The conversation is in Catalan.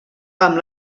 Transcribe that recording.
amb